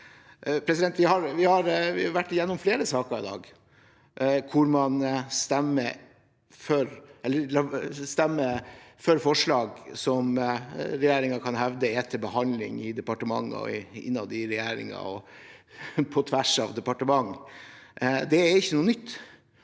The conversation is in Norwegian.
imot dem. Vi har vært gjennom flere saker i dag hvor man stemmer for forslag som regjeringen kan hevde er til behandling i departementet og innad i regjeringen og på tvers av departementer. Det er ikke noe nytt.